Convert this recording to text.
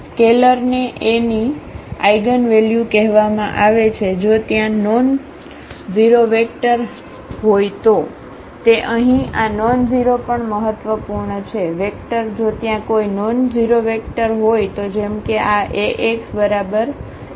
સ્કેલેરને એ ની આઇગનવેલ્યુ કહેવામાં આવે છે જો ત્યાં નોનઝેરોવેક્ટર હા હોય તો તે અહીં આ નોનઝેરો પણ મહત્વપૂર્ણ છેવેક્ટર જો ત્યાં કોઈ નોનઝેરોવેક્ટર હોય તો જેમ કે આ Axλx